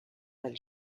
del